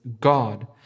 God